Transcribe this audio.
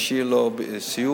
ויהיה לו סיעוד,